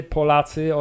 Polacy